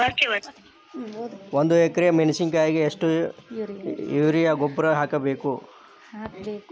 ಒಂದು ಎಕ್ರೆ ಮೆಣಸಿನಕಾಯಿಗೆ ಎಷ್ಟು ಯೂರಿಯಾ ಗೊಬ್ಬರ ಹಾಕ್ಬೇಕು?